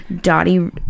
Dottie